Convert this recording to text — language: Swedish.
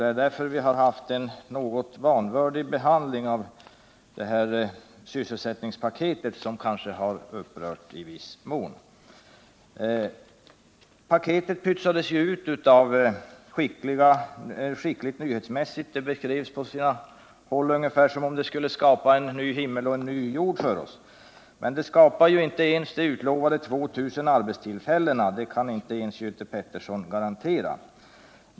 Det är därför vi fått en något vanvördig behandling av det här sysselsättningspaketet, som kanske i viss mån upprört sinnena. Paketet pytsades ut på ett nyhetsmässigt skickligt sätt. Det beskrevs på sina håll ungefär som om det skulle skapa en ny himmel och en ny jord för oss. Men det skapar inte ens de utlovade 2 000 arbetstillfällena — det kan inte ens Göte Pettersson garantera.